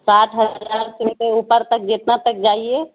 ساٹھ ہزار کے کے اوپر تک جتنا تک جائیے